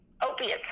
opiates